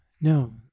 no